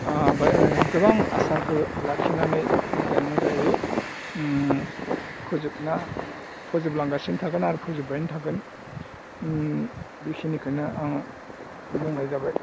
गोबां आसाखौ लाखिनानै मोजाङै मोजाङै फोजोबना फोजोब लांगासिनो थागोन आरो फोजोबबायनो थागोन बेखिनिखौनो आं बुंनाय जाबाय